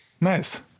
nice